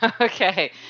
Okay